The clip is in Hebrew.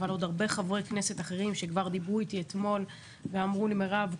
אבל עוד הרבה חברי כנסת אחרים שדיברו אתי אתמול ואמרו לי: מירב,